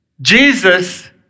Jesus